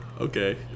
okay